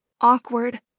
awkward